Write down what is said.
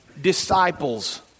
disciples